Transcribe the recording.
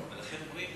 לכן אומרים